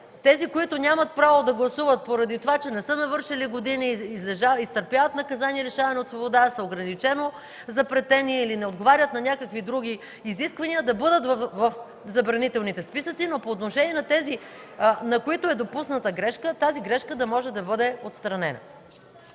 тези, които нямат право да гласуват поради това, че не са навършили години, изтърпяват наказание лишаване от свобода, с ограничено запретение или не отговарят на някакви други изисквания, да бъдат в забранителните списъци. По отношение на тези, за които е допусната грешка, тя да може да бъде отстранена.